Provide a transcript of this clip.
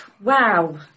wow